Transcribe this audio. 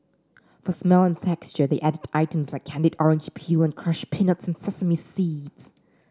for smell and texture they added items like candied orange peel and crushed peanuts and sesame seeds